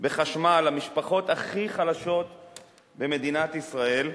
בחשמל למשפחות הכי חלשות במדינת ישראל,